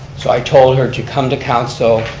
so i told her to come to council,